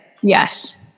Yes